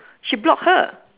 she block her